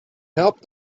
help